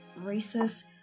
racist